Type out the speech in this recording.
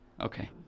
Okay